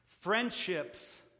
Friendships